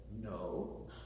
no